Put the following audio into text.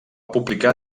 publicar